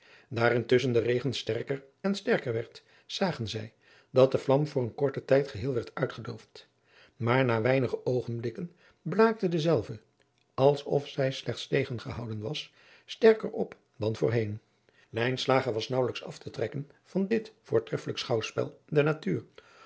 daar intusschen de regen sterker en sterker werd zagen zij dat de vlam voor een korten tijd geheel werd uitgedoofd maar na weinige oogenblikken blaakte dezelve als of zij slechts tegengehouden was sterker op dan voorheen lijnslager was naauwelijks af te trekken van dit voortreffelijk schouwspel der natuur